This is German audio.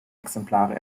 exemplare